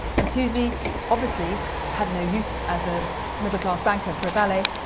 and toosey obviously had no use as a middle-class banker for a valet,